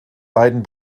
beiden